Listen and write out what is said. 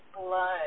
blood